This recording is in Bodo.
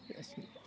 जासिगोन